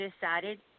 decided